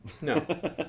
no